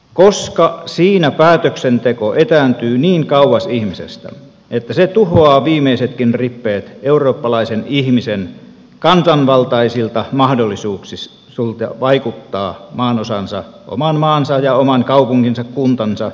koska siinä päätöksenteko etääntyy niin kauas ihmisestä että se tuhoaa viimeisetkin rippeet eurooppalaisen ihmisen kansanvaltaisilta mahdollisuuksilta vaikuttaa maanosansa oman maansa ja oman kaupunkinsa kuntansa kotiseutunsa kehitykseen